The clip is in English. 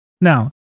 Now